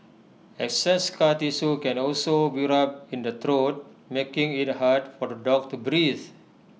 excess scar tissue can also build up in the throat making IT hard for the dog to breathe